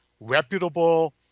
reputable